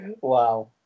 wow